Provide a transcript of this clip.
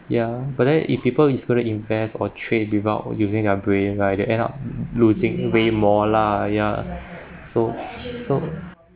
yeah but then if people is going to invest or trade without using their brain right they end up losing way more lah ya so so